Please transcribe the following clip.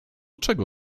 czego